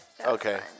Okay